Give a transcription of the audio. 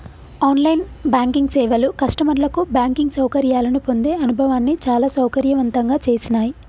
on line banking సేవలు కస్టమర్లకు banking సౌకర్యాలను పొందే అనుభవాన్ని చాలా సౌకర్యవంతంగా చేసినాయ్